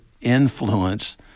influence